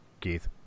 Keith